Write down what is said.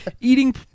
eating